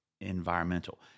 environmental